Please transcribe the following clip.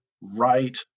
right